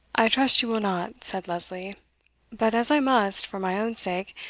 i trust you will not, said lesley but as i must, for my own sake,